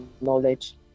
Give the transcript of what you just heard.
knowledge